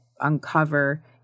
uncover